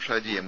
Shaji M